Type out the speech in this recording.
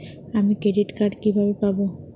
আমি credit card কিভাবে পাবো?